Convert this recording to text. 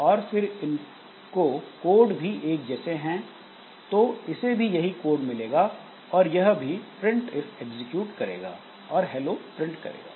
और फिर इनको कोड भी एक जैसे हैं तो इसे भी यही कोड मिलेगा और यह भी प्रिंट इफ एग्जीक्यूट करेगा और हेलो प्रिंट करेगा